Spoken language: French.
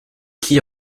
qui